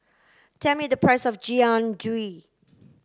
tell me the price of Jian Dui